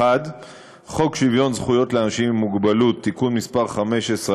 1. חוק שוויון זכויות לאנשים עם מוגבלות (תיקון מס׳ 15),